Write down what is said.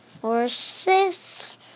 Forces